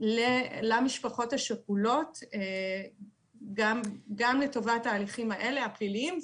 למשפחות השכולות, גם לטובת ההליכים הפליליים.